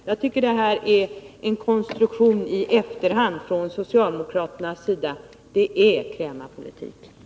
Jag tycker att detta är en konstruktion i efterhand från socialdemokraternas sida. Det är samma krämarpolitik som förs.